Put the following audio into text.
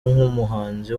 nk’umuhanzi